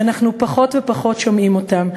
שאנחנו פחות ופחות שומעים אותן.